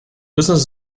business